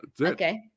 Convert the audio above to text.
okay